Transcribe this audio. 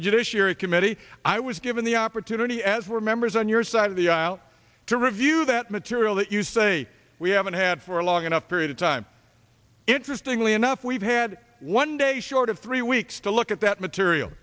judiciary committee i was given the opportunity as were members on your side of the aisle to review that material that you say we haven't had for a long enough period of time interestingly enough we've had one day short of three weeks to look at that material